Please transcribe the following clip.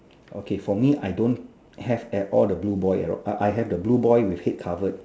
okay for me I don't have at all the blue boy I I have the blue boy with head covered